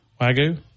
wagyu